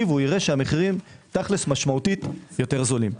ויראה שהמחירים תכל'ס משמעותית יותר זולים.